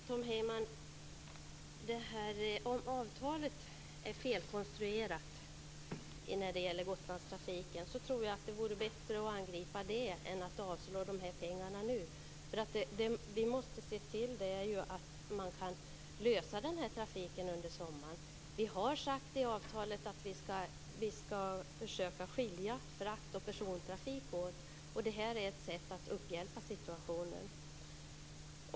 Fru talman! Om avtalet när det gäller Gotlandstrafiken är felkonstruerat, Tom Heyman, tror jag att det vore bättre att angripa det än att avslå de här pengarna nu. Vi måste se till att man kan lösa det här med trafiken under sommaren. Vi har sagt i avtalet att vi skall försöka skilja frakt och persontrafik åt, och det här är ett sätt att upphjälpa situationen.